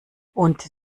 und